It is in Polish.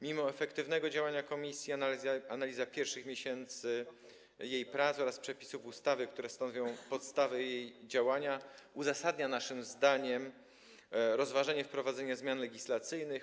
Mimo efektywnego działania komisji analiza pierwszych miesięcy jej prac oraz przepisów ustawy, które stanowią podstawę jej działania, uzasadnia, naszym zdaniem, rozważenie wprowadzenia zmian legislacyjnych.